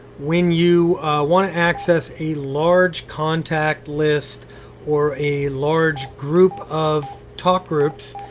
when you wanna access a large contact list or a large group of talk groups,